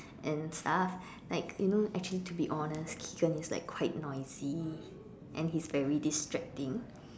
and stuff like you know actually to be honest Keigan is like quite noisy and he's very distracting